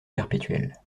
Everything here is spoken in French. perpétuel